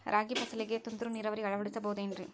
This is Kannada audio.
ರಾಗಿ ಫಸಲಿಗೆ ತುಂತುರು ನೇರಾವರಿ ಅಳವಡಿಸಬಹುದೇನ್ರಿ?